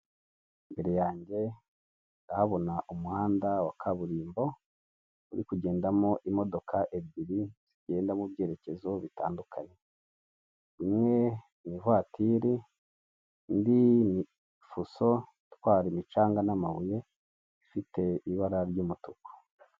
Imbere yanjye ndahabona umuhanda wa kaburimbo uri kugendamo imodoka ebyiri, zigenda mu byerekezo bitandukanye imwe ni ivatire ndi ni fuso itwara imicanga n'amabuye ifite ibara ry'umutuku.